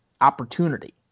opportunity